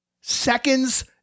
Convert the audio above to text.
Seconds